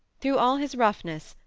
through all his roughness,